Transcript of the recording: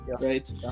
right